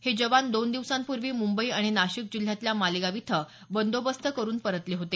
हे जवान दोन दिवसापूर्वी मुंबई आणि नाशिक जिल्ह्यातल्या मालेगाव इथं बंदोबस्त करून परतले होते